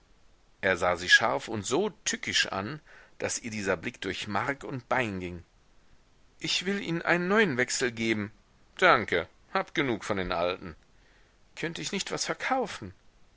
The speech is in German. er sah sie scharf und so tückisch an daß ihr dieser blick durch mark und bein ging ich will ihnen einen neuen wechsel geben danke habe genug von den alten könnte ich nicht was verkaufen